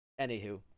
Anywho